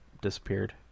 disappeared